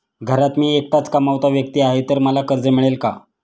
घरात मी एकटाच कमावता व्यक्ती आहे तर मला कर्ज मिळेल का?